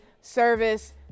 service